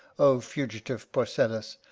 o fugitive porcellus!